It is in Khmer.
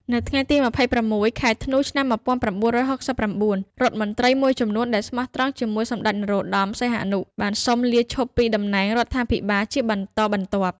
នៅថ្ងៃទី ២៦ ខែធ្នូ ឆ្នាំ ១៩៦៩ រដ្ឋមន្ត្រីមួយចំនួនដែលស្មោះត្រង់ជាមួយសម្ដេចនរោត្តម សីហនុ បានសុំលាឈប់ពីតំណែងរដ្ឋាភិបាលជាបន្តបន្ទាប់។